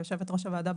יושבת ראש הוועדה,